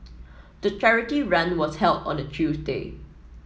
the charity run was held on a Tuesday